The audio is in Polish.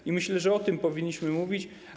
I myślę, że o tym powinniśmy mówić.